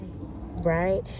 Right